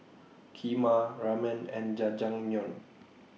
Kheema Ramen and Jajangmyeon